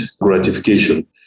gratification